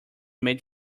made